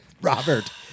Robert